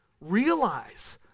realize